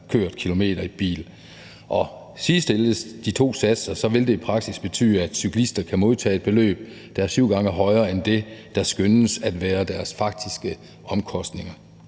kørt kilometer i bil. Og sidestilles de to satser vil det i praksis betyde, at cyklister kan modtage et beløb, der er syv gange højere end det, der skønnes at være deres faktiske omkostninger.